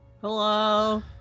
Hello